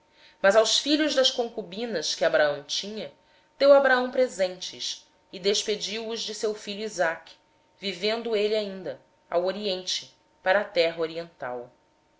entanto aos filhos das concubinas que abraão tinha deu ele dádivas e ainda em vida os separou de seu filho isaque enviando os ao oriente para a terra oriental